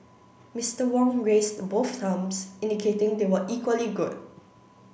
Mister Wong raised both thumbs indicating they were equally good